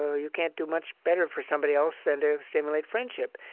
ah you can't do much better for somebody else than to stimulate friendship.